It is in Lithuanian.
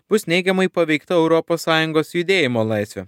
bus neigiamai paveikta europos sąjungos judėjimo laisvė